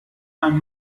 ein